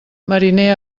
mariner